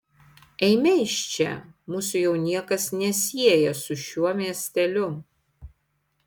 eime iš čia mūsų jau niekas nesieja su šiuo miesteliu